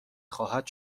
خواهد